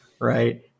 right